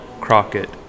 Crockett